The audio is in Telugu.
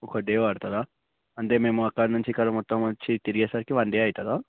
ఒక డే పడుతుందా అంటే మేము అక్కడ నుంచి ఇక్కడ మొత్తం వచ్చి తిరిగేసరికి వన్ డే అవుతుందా